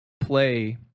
play